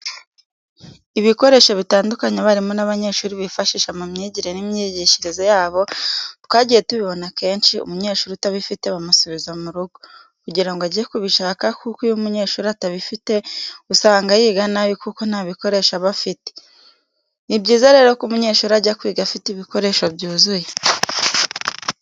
Ibikoresho bitandukanye abarimu n'abanyeshuri bifashisha mu myigire n'imyigishirize yabo, twagiye tubibona kenshi umunyeshuri utabifite bamusubiza mu rugo, kugira ngo ajye kubishaka kuko iyo umunyeshuri atabifite usanga yiga nabi kuko nta bikoresho aba afite. Ni byiza rero ko umunyeshuri ajya kwiga afite ibikoresho byuzuye.